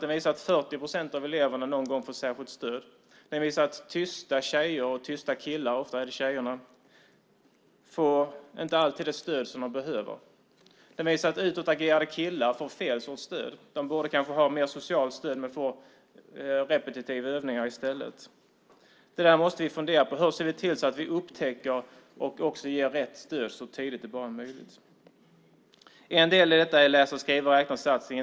Den visar att 40 procent av eleverna någon gång får särskilt stöd. Den visar att tysta tjejer och tysta killar - ofta är det tjejer - inte alltid får det stöd de behöver. Den visar att utagerande killar får fel sorts stöd. De borde kanske ha mer socialt stöd men får repetitiva övningar i stället. Det måste vi fundera på. Hur ser vi till att upptäcka dessa elever och också ge rätt stöd så tidigt som det bara är möjligt? En del i detta är läsa-skriva-räkna-satsningen.